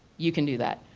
you could do that.